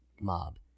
mob